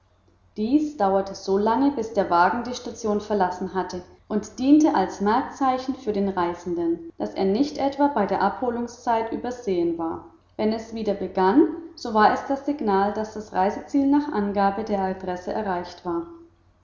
dies dauerte so lange bis der wagen die station verlassen hatte und diente als merkzeichen für den reisenden daß er nicht etwa bei der abholungszeit übersehen war wenn es wieder begann so war es das signal daß das reiseziel nach angabe der adresse erreicht war